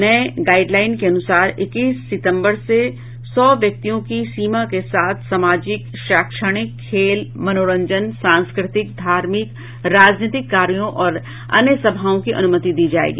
नये गाईडलाइन के अनुसार इक्कीस सितंबर से सौ व्यक्तियों की सीमा के साथ सामाजिक शैक्षणिक खेल मनोरंजन सांस्कृतिक धार्मिक राजनीतिक कार्यों और अन्य सभाओं की अनुमति दी जाएगी